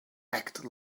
acted